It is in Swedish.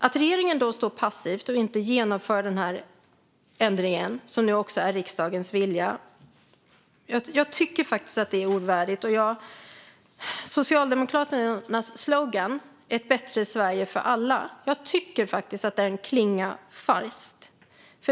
Att regeringen då står passiv och inte genomför den ändring som nu också är riksdagens vilja är ovärdigt. Socialdemokraternas slogan är: Ett bättre Sverige för alla. Jag tycker att det klingar falskt.